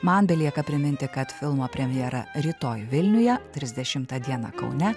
man belieka priminti kad filmo premjera rytoj vilniuje trisdešimtą dieną kaune